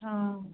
অ